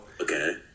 okay